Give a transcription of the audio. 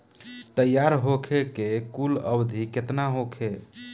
तैयार होखे के कुल अवधि केतना होखे?